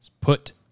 Put